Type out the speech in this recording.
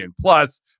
plus